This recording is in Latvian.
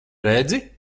redzi